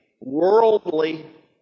worldly